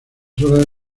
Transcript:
horas